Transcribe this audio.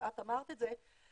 ואת אמרת את זה,